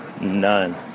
none